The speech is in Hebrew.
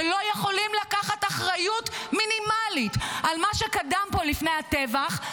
שלא יכולים לקחת אחריות מינימלית על מה שקדם פה לטבח,